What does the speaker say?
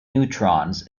neutrons